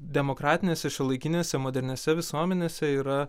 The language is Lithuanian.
demokratinėse šiuolaikinėse moderniose visuomenėse yra